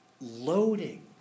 loading